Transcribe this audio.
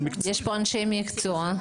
יש פה אנשי מקצוע.